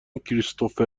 کریستوفر